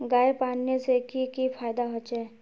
गाय पालने से की की फायदा होचे?